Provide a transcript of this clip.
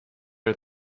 are